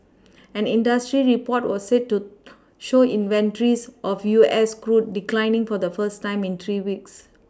an industry report was said to show inventories of U S crude declined the first time in three weeks